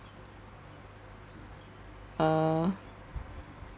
uh